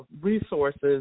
resources